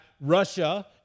Russia